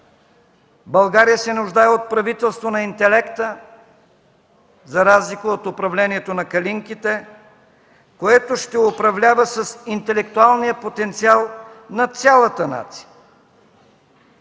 България се нуждае от правителство на интелекта, за разлика от управлението на „калинките”, което ще управлява с интелектуалния потенциал на цялата нация.